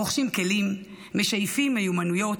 רוכשים כלים, משייפים מיומנויות,